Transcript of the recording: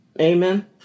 Amen